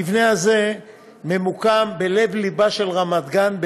המבנה הזה ממוקם בלב-לבה של רמת-גן,